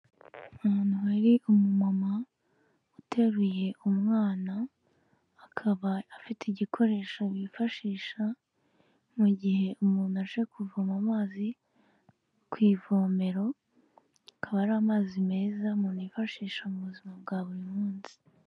Umuntu wari umumama uteruye umwana, akaba afite igikoresho bifashisha, mu gihe umuntu aje kuvoma amazi ku ivomero, akaba ari amazi meza umuntu yifashisha mu buzima bwa buri munsi.